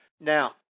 Now